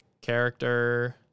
character